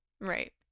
Right